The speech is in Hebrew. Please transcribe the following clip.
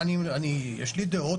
יש לי דעות,